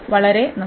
വളരെ നന്ദി